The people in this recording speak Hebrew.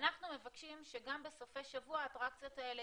אנחנו מבקשים שגם בסופי שבוע האטרקציות הללו